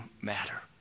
matter